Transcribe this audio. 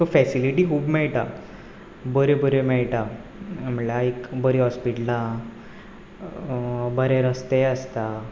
तुका फॅसिलिटी खूब मेळटा बऱ्यो बऱ्यो मेळटा म्हणल्यार एक बरीं हॉस्पिटलां बरे रस्तेय आसता